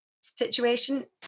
situation